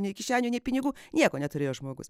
nei kišenių nei pinigų nieko neturėjo žmogus